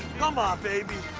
come on, baby.